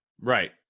Right